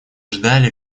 ждали